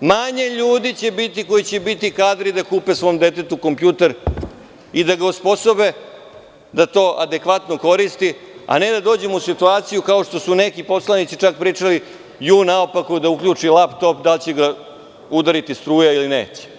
manje ljudi će biti koji će biti kadri da kupe svom detetu kompjuter, i da ga osposobe da to adekvatno koristi, a ne da dođemo u situaciju, kao što su neki poslanici pričali, ju naopako da uključi lap top, da li će ga udariti struja ili neće.